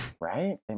right